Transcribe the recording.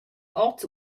hoz